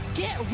get